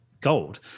gold